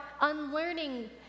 unlearning